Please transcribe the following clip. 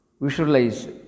Visualize